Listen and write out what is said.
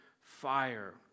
fire